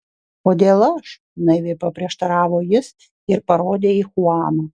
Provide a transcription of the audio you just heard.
kodėl aš naiviai paprieštaravo jis ir parodė į chuaną